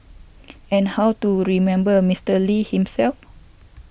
and how to remember Mister Lee himself